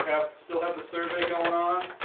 have still have the survey going on.